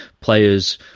players